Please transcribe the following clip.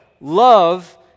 love